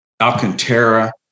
Alcantara